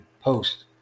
post